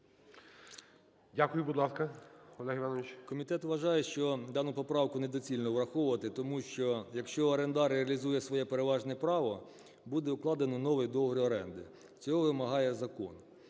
Дякую. Будь ласка, Олег Іванович. 13:47:28 КУЛІНІЧ О.І. Комітет вважає, що дану поправку недоцільно враховувати, тому що, якщо орендар реалізує своє переважне право, буде укладено новий договір оренди, цього вимагає закон.